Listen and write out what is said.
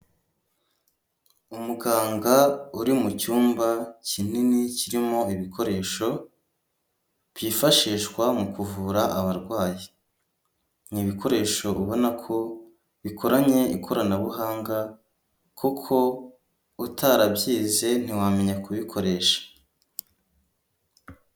Umuganga uri mu cyumba kinini kirimo ibikoresho byifashishwa mu kuvura abarwayi; ni ibikoresho ubona ko bikoranye ikoranabuhanga; kuko utarabyize ntiwamenya kubikoresha.